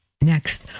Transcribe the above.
Next